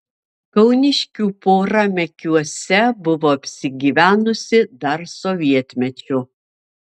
kauniškių pora mekiuose buvo apsigyvenusi dar sovietmečiu